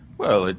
well,